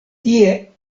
tie